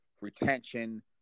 retention